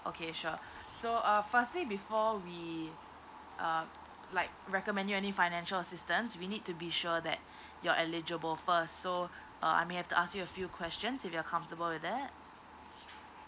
okay sure so uh firstly before we uh like recommend you any financial assistance we need to be sure that you're eligible first so uh I may have to ask you a few questions if you're comfortable with that